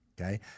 Okay